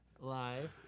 live